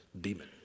demon